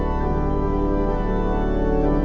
or